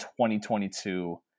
2022